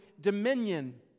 dominion